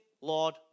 Lord